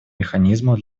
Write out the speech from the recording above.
механизмов